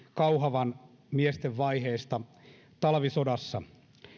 kauhavan miesten vaiheista talvisodassa